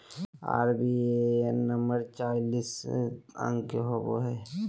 IBAN number चौतीस अंक के होवो हय